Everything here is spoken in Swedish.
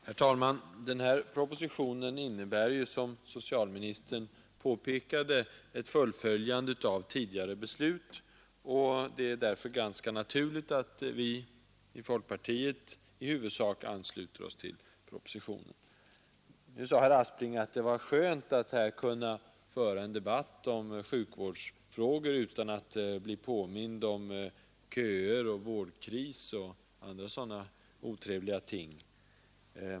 Herr talman! Den här propositionen innebär ju, som socialministern påpekade, ett fullföljande av tidigare beslut. Det är därför ganska naturligt att vi i folkpartiet i huvudsak ansluter oss till propositionen. Nu sade herr Aspling att det var skönt att här kunna föra en debatt om sjukvårdsfrågor utan att bli påmind om köer och vårdkriser och andra sådana otrevliga ting.